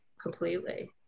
completely